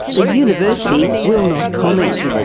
the university will not comment.